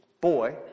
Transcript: boy